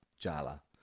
Jala